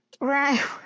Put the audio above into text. Right